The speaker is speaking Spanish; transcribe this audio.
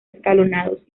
escalonados